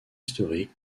historique